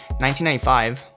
1995